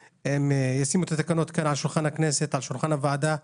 זמן הם יניחו את התקנות על שולחן הוועדה בכנסת?